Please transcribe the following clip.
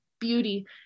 beauty